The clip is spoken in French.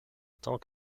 tant